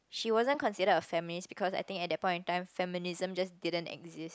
she wasn't considered a feminist because I think at that point of time feminism just didn't exist